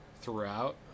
Throughout